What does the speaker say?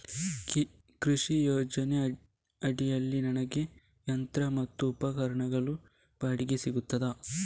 ಕೃಷಿ ಯೋಜನೆ ಅಡಿಯಲ್ಲಿ ನನಗೆ ಯಂತ್ರ ಮತ್ತು ಉಪಕರಣಗಳು ಬಾಡಿಗೆಗೆ ಸಿಗುತ್ತದಾ?